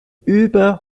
über